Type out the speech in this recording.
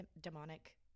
demonic